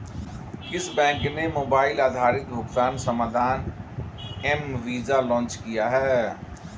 किस बैंक ने मोबाइल आधारित भुगतान समाधान एम वीज़ा लॉन्च किया है?